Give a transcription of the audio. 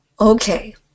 Okay